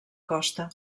costa